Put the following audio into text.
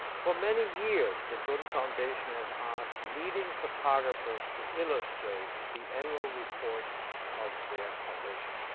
for many years, the gund foundation has asked leading photographers to illustrate the annual reports of their foundation.